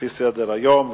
לפי סדר-היום.